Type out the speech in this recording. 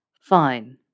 Fine